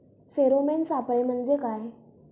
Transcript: Pheromone सापळे म्हंजे काय?